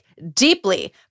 deeply